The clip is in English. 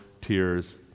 tears